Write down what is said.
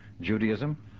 Judaism